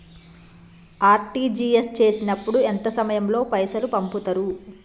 RTGS చేసినప్పుడు ఎంత సమయం లో పైసలు పంపుతరు?